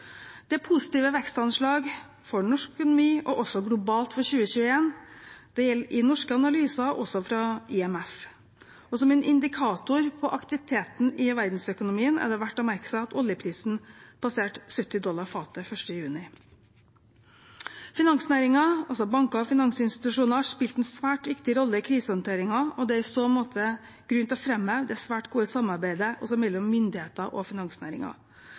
Det er positive vekstanslag for norsk økonomi, og også globalt, for 2021. Det gjelder både i norske analyser og i analyser fra IMF. Og som en indikator på aktiviteten i verdensøkonomien er det verdt å merke seg at oljeprisen passerte 70 dollar fatet 1. juni. Finansnæringen, altså banker og finansinstitusjoner, har spilt en svært viktig rolle i krisehåndteringen, og det er i så måte grunn til å framheve det svært gode samarbeidet mellom myndigheter og